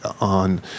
on